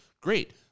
great